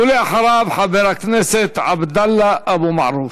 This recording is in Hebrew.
ולאחריו, חבר הכנסת עבדאללה אבו מערוף.